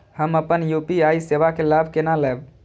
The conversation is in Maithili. हम अपन यू.पी.आई सेवा के लाभ केना लैब?